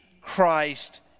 Christ